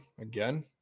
again